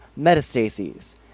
metastases